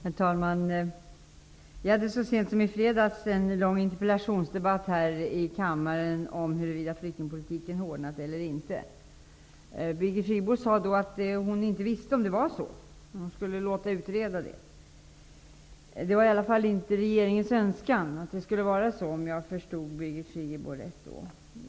Herr talman! Vi hade så sent som i fredags en lång interpellationsdebatt här i kammaren om huruvida flyktingpolitiken hårdnat eller inte. Birgit Friggebo sade då att hon inte visste om den hårdnat. Hon skulle låta utreda det. Det var i alla fall inte regeringens önskan att det skulle vara så, om jag förstod Birgit Friggebo rätt.